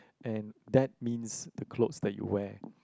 and that means the clothes that you wear